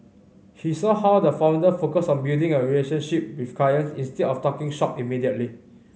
he saw how the founder focused on building a relationship with clients instead of talking shop immediately